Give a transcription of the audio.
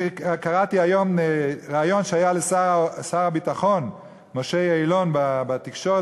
אני קראתי היום ריאיון עם שר הביטחון משה יעלון בתקשורת,